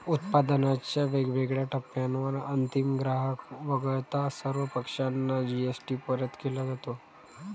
उत्पादनाच्या वेगवेगळ्या टप्प्यांवर अंतिम ग्राहक वगळता सर्व पक्षांना जी.एस.टी परत केला जातो